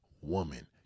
woman